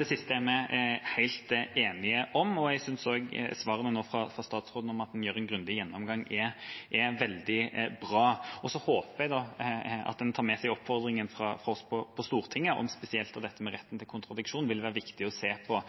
Det siste er vi helt enige om, og jeg synes også svaret fra statsråden om at man gjør en grundig gjennomgang, er veldig bra. Så håper jeg at han tar med seg oppfordringen fra oss på Stortinget om at spesielt dette med retten til kontradiksjon vil være viktig å se på